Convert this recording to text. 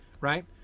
right